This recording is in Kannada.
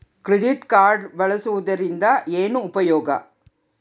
ಕ್ರೆಡಿಟ್ ಕಾರ್ಡ್ ಬಳಸುವದರಿಂದ ಏನು ಉಪಯೋಗ?